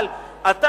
אבל אתה,